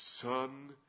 son